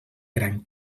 gran